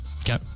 Okay